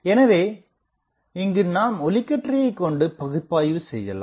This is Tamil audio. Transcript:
எனவே இங்கு நாம் ஒளிக்கற்றையைகொண்டு பகுப்பாய்வு செய்யலாம்